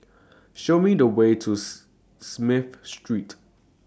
Show Me The Way to Smith Street